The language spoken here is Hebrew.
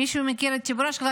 מישהו מכיר את צ'יבורשקה?